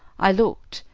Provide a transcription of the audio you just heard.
i looked,